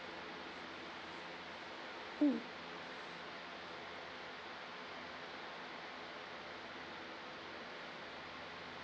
mm